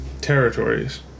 territories